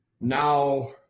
now